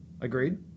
Agreed